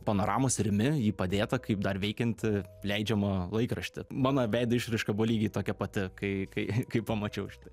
panoramos rimi jį padėtą kaip dar veikiantį leidžiamą laikraštį mano veido išraiška buvo lygiai tokia pati kai kai kai pamačiau šitai